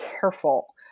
careful